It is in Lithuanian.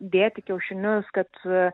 dėti kiaušinius kad